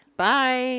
Bye